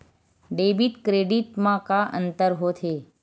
Debit credit मा का अंतर होत हे?